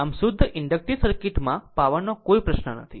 આમ શુદ્ધ inductive circuit માં પાવરનો કોઈ પ્રશ્ન નથી